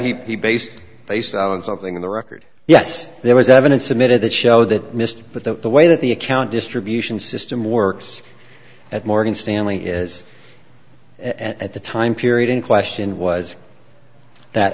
that he based based on something in the record yes there was evidence submitted that show that mr but the way that the account distribution system works at morgan stanley is at the time period in question was that